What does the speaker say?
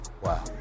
Wow